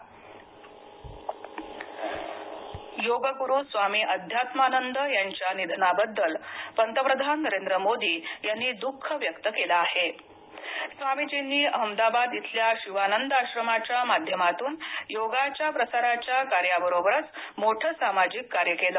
निधन योग गुरु स्वामी अध्यात्मानंद यांच्या निधनाबद्दल पंतप्रधान नरेंद्र मोदी यांनी दुःख व्यक्त केलं आहे स्वामीजींनी अहमदाबाद इथल्या शिवानंद आश्रमाच्या माध्यमातून योगाच्या प्रसाराच्या कार्याबरोबरच मोठ सामाजिक कार्य केलं